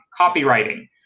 copywriting